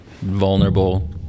vulnerable